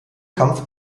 kampf